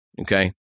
okay